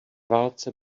válce